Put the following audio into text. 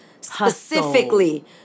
specifically